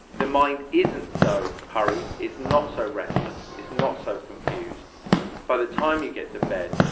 the mind isn't so hurried, is not so restless, is not so confused by the time you get to bed,